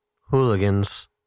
hooligans